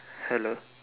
hello